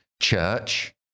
church